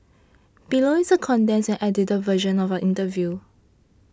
below is a condensed and edited version of our interview